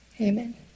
Amen